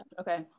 okay